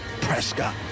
Prescott